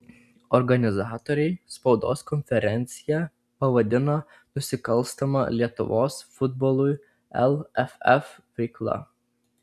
organizatoriai spaudos konferenciją pavadino nusikalstama lietuvos futbolui lff veikla